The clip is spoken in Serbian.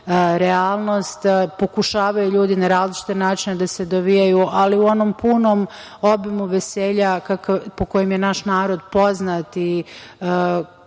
realnost, pokušavaju ljudi na različite načine da se dovijaju. Ali, u onom punom obimu veselja, po kojem je naš narod poznat i